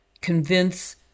convince